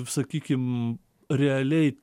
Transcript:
sakykim realiai